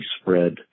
spread